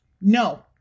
No